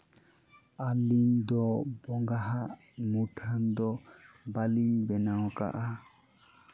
ᱟᱹᱞᱤᱧ ᱫᱚ ᱵᱚᱸᱜᱟᱣᱟᱜ ᱢᱩᱴᱷᱟᱹᱱ ᱫᱚ ᱵᱟᱹᱞᱤᱧ ᱵᱮᱱᱟᱣ ᱠᱟᱜᱼᱟ